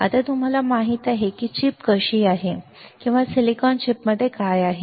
आता तुम्हाला माहित आहे की ही चिप कशी आहे किंवा सिलिकॉन चिपमध्ये काय आहे